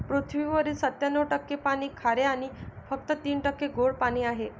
पृथ्वीवरील सत्त्याण्णव टक्के पाणी खारे आणि फक्त तीन टक्के गोडे पाणी आहे